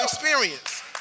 experience